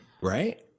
Right